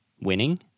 Winning